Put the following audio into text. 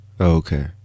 okay